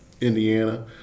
Indiana